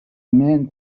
men